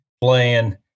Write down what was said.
playing